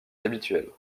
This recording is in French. habituelles